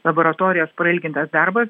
laboratorijos prailgintas darbas